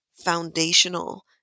foundational